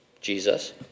Jesus